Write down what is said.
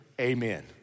amen